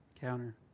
counter